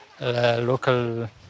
local